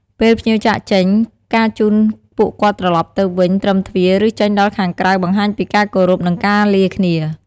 ពេលភ្ញៀវចាកចេញ ការជូនពួកគាត់ត្រឡប់ទៅវិញត្រឹមទ្វារ ឬ ចេញដល់ខាងក្រៅបង្ហាញពីការគោរព និង ការលាគ្នា។